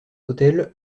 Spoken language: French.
hôtels